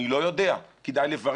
אני לא יודע, כדאי לברר.